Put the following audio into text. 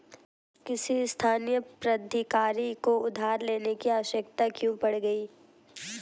किसी स्थानीय प्राधिकारी को उधार लेने की आवश्यकता क्यों पड़ गई?